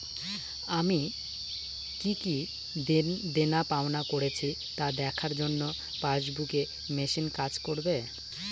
আমি কি কি দেনাপাওনা করেছি তা দেখার জন্য পাসবুক ই মেশিন কাজ করবে?